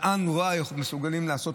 מה רוע מסוגל לעשות,